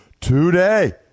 today